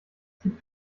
gibt